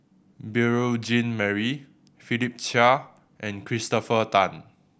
Beurel Jean Marie Philip Chia and Christopher Tan